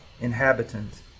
inhabitant